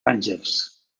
rangers